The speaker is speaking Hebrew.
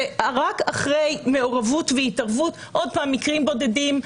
ורק אחרי מעורבות והתערבות מקרים בודדים,